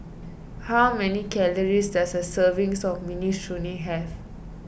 how many calories does a serving of Minestrone have